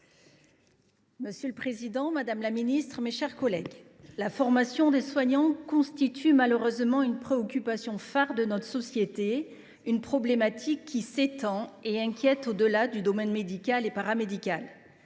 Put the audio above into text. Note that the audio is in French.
Monsieur le président, madame la ministre, mes chers collègues, la formation des soignants constitue malheureusement une préoccupation phare de notre société. Cette problématique s’étend et inquiète bien au delà du domaine médical et paramédical.